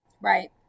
right